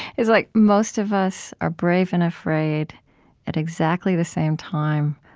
it's like most of us are brave and afraid at exactly the same time,